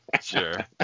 Sure